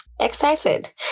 Excited